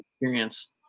experience